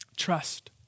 Trust